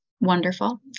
wonderful